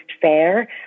fair